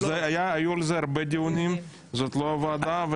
היו על זה הרבה דיונים, זאת לא הוועדה.